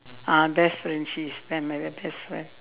uh best friend she's my my best friend